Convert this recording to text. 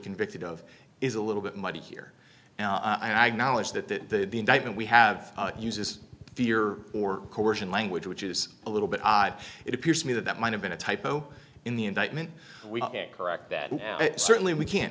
convicted of is a little bit muddy here and i now wish that the indictment we have uses fear or coercion language which is a little bit odd it appears to me that that might have been a typo in the indictment we correct that certainly we can't